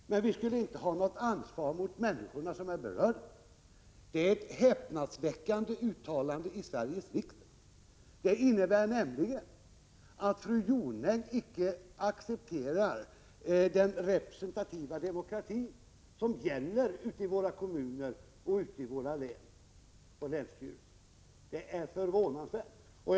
Fru talman! Fru Jonäng säger att vi tar ansvar mot myndigheter och beslutsfattare men att vi inte skulle ta ansvar mot de berörda människorna. Det är ett häpnadsväckande uttalande i Sveriges riksdag! Det innebär nämligen att fru Jonäng icke accepterar den representativa demokratin i våra kommuner och våra länsstyrelser. Det är förvånansvärt.